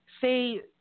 say